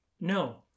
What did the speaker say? no